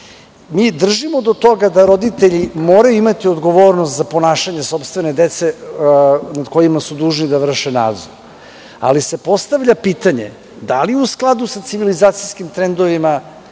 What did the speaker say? držimo do toga da roditelji moraju imati odgovornost za ponašanje sopstvene dece, nad kojima su dužni da vrše nadzor, ali se postavlja pitanje, da li u skladu sa civilizacijskim trendovima,